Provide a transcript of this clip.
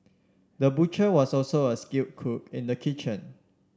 the butcher was also a skill cook in the kitchen